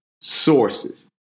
sources